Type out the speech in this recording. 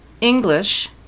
English